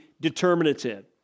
determinative